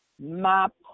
map